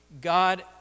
God